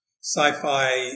sci-fi